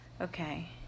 Okay